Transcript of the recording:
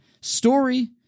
story